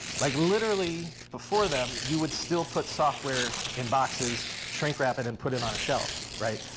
like literally before them, you would still put software in boxes, shrink wrap it, and put it on a shelf, right?